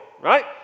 right